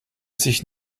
sich